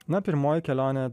na pirmoji kelionė